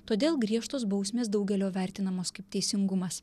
todėl griežtos bausmės daugelio vertinamos kaip teisingumas